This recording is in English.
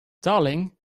darling